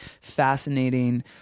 fascinating